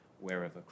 wherever